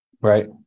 Right